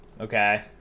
Okay